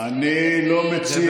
אני לא מציע,